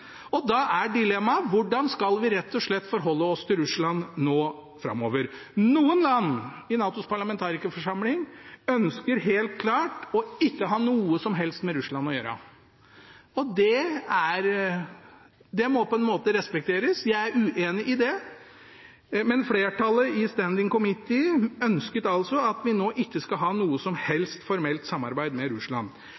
sammen. Da er dilemmaet: Hvordan skal vi rett og slett forholde oss til Russland nå framover? Noen land i NATOs parlamentarikerforsamling ønsker helt klart ikke å ha noe som helst med Russland å gjøre. Det må på en måte respekteres. Jeg er uenig i det, men flertallet i Standing committee ønsket at vi nå ikke skal ha noe som